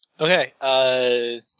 Okay